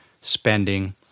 spending